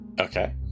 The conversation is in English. Okay